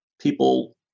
people